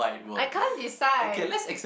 I can't decide